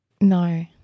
no